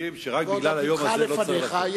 ועוד עתידך לפניך,